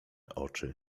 oczy